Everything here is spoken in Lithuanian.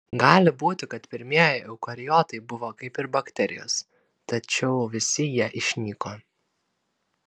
gali būti kad pirmieji eukariotai buvo kaip ir bakterijos tačiau visi jie išnyko